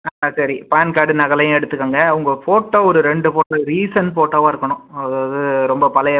ஆ சரி PAN card நகலையும் எடுத்துக்கோங்க உங்கள் ஃபோட்டோ ஒரு ரெண்டு ஃபோட்டோ ரீசெண்ட் ஃபோட்டோவாக இருக்கணும் அதாவது ரொம்ப பழைய